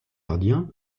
gardiens